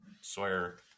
Sawyer